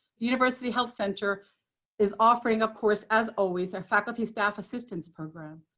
university health center is offering, of course, as always, our faculty staff assistance program.